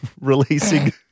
releasing